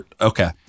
Okay